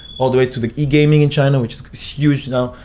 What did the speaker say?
all the way to the e-gaming in china, which is huge now,